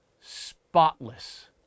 spotless